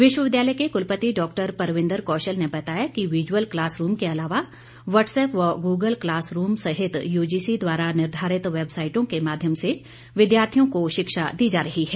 विश्वविद्यालय के कुलपति डॉक्टर परविंद्र कौशल ने बताया कि विजुअल क्लास रूम के अलावा वाट्सएप्प व गूगल क्लास रूम सहित यूजीसी द्वारा निर्धारित वैबसाईटों के माध्यम से विद्यार्थियों को शिक्षा दी जा रही है